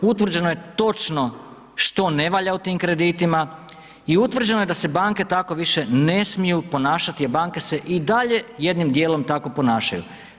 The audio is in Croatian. Utvrđeno je točno što ne valja u tim kreditima i utvrđeno je da se banke tako više ne smiju ponašati, a banke se i dalje jednim dijelom tako ponašaju.